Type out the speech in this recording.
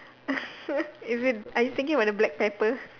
is it are you thinking about the black pepper